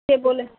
সে বলে